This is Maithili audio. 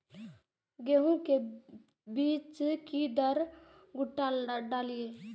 गेंहू के बीज कि दर कट्ठा डालिए?